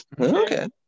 Okay